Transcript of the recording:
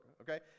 Okay